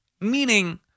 meaning